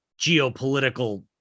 geopolitical